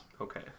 okay